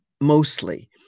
mostly